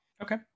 Okay